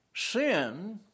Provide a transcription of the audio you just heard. Sin